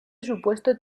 supuesto